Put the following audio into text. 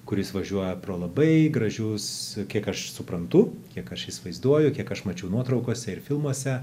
kuris važiuoja pro labai gražius kiek aš suprantu kiek aš įsivaizduoju kiek aš mačiau nuotraukose ir filmuose